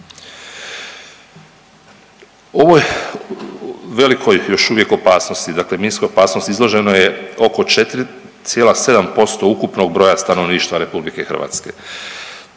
Ovoj velikoj još uvijek opasnosti, dakle minskoj opasnosti izloženo je oko 4,7% ukupnog broja stanovništva RH. Taj problem